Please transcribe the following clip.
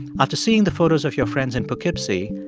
after seeing the photos of your friends in poughkeepsie,